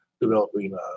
developing